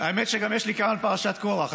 האמת היא שיש לי גם על פרשת קורח,